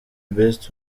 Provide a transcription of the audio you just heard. best